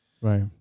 right